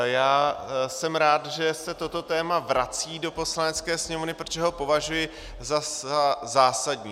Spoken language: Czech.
Já jsem rád, že se toto téma vrací do Poslanecké sněmovny, protože ho považuji za zásadní.